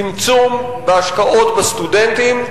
צמצום בהשקעות בסטודנטים,